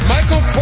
Michael